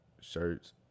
shirts